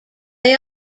they